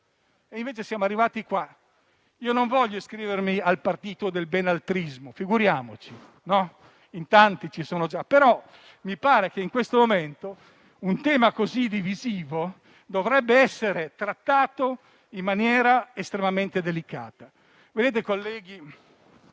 Invece siamo arrivati qua. Non voglio iscrivermi al partito del benaltrismo - figuriamoci, in tanti ci sono già - ma mi pare che in questo momento un tema così divisivo dovrebbe essere trattato in maniera estremamente delicata. Colleghi,